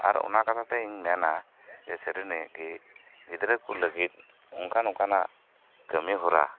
ᱟᱨ ᱚᱱᱟ ᱠᱷᱟᱛᱷᱟ ᱛᱤᱧ ᱢᱮᱱᱟ ᱥᱟᱹᱨᱤ ᱱᱤᱜ ᱜᱮ ᱜᱤᱫᱽᱨᱟᱹ ᱠᱚ ᱞᱟᱹᱜᱤᱫ ᱚᱱᱠᱟᱱ ᱚᱱᱠᱟᱱᱟᱜ ᱠᱟᱹᱢᱤ ᱦᱚᱨᱟ